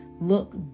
look